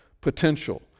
potential